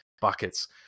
buckets